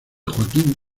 joaquín